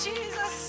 Jesus